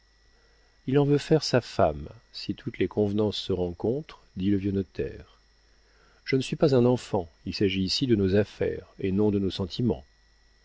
il en veut faire sa femme si toutes les convenances se rencontrent dit le vieux notaire je ne suis pas un enfant il s'agit ici de nos affaires et non de nos sentiments